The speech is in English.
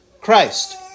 Christ